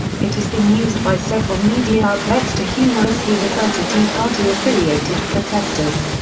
it has been used by several media outlets to humorously refer to tea party-affiliated protestors.